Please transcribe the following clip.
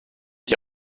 die